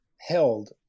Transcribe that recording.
held